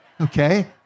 Okay